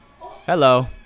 Hello